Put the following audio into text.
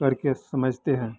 करके समझते हैं